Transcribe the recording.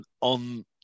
on